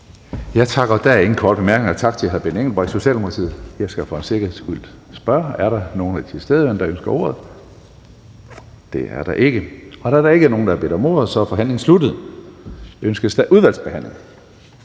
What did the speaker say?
Tak. Der er ingen korte bemærkninger. Tak til hr. Benny Engelbrecht, Socialdemokratiet. Jeg skal for en sikkerheds skyld spørge: Er der nogen af de tilstedeværende, der ønsker ordet? Det er der ikke, og da der ikke er nogen, der bedt om ordet, er forhandlingen sluttet. Ønskes der udvalgsbehandling?